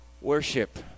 worship